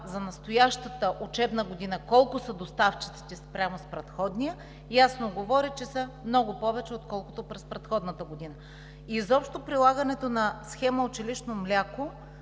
за настоящата учебна година – колко са доставчиците спрямо предходния, ясно говори, че са много повече, отколкото през предходната година. Изобщо прилагането на схемата „Училищно мляко“